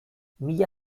mila